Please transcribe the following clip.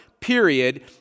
period